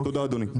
תודה אדוני.